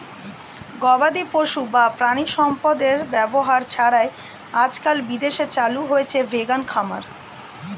গবাদিপশু বা প্রাণিসম্পদের ব্যবহার ছাড়াই আজকাল বিদেশে চালু হয়েছে ভেগান খামার